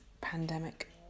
pandemic